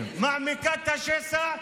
מעמיקה את השסע,